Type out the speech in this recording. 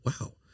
wow